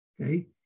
Okay